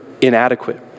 inadequate